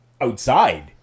outside